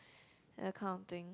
that kind of thing